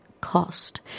cost